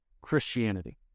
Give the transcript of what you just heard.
Christianity